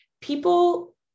people